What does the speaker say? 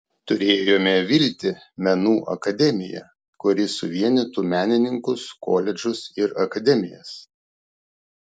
turėjome viltį menų akademiją kuri suvienytų menininkus koledžus ir akademijas